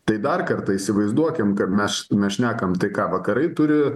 tai dar kartą įsivaizduokim kad mes mes šnekam tai ką vakarai turi